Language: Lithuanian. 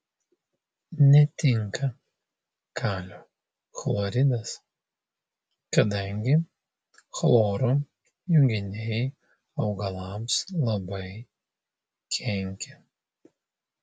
netinka kalio chloridas kadangi chloro junginiai augalams labai kenkia